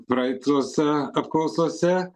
praeitose apklausose